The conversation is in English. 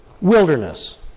wilderness